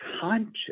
conscious